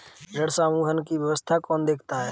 ऋण समूहन की व्यवस्था कौन देखता है?